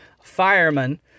fireman